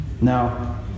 Now